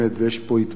ויש פה התמהמהות,